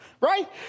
Right